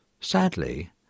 Sadly